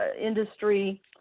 industry